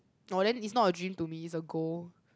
orh then is not a dream to me is a goal